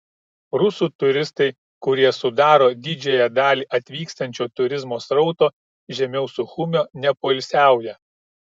rusų turistai kurie sudaro didžiąją dalį atvykstančio turizmo srauto žemiau suchumio nepoilsiauja